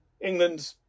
England